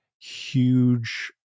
huge